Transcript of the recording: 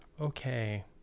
Okay